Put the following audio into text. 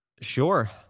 Sure